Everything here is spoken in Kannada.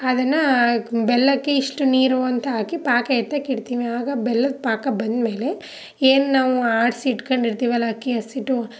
ಅದನ್ನು ಬೆಲ್ಲಕ್ಕೆ ಇಷ್ಟು ನೀರು ಅಂತ ಹಾಕಿ ಪಾಕ ಎತ್ತಕ್ಕಿಡ್ತೀವಿ ಆಗ ಬೆಲ್ಲದ ಪಾಕ ಬಂದಮೇಲೆ ಏನು ನಾವು ಆಡಿಸಿ ಇಟ್ಕೊಂಡಿರ್ತೀವಲ್ಲ ಅಕ್ಕಿ ಹಸಿಟ್ಟು